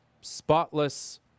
spotless